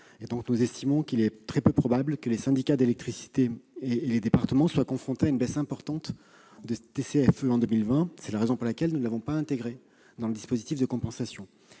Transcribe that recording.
Nous estimons donc qu'il est très peu probable que les syndicats d'électricité et les départements soient confrontés à une baisse importante de TCCFE en 2020. C'est la raison pour laquelle nous n'avons pas intégré cette taxe dans le dispositif de compensation.